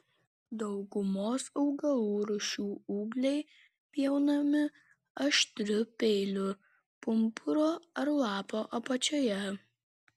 daugumos augalų rūšių ūgliai pjaunami aštriu peiliu pumpuro ar lapo apačioje